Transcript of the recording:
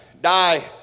die